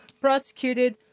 prosecuted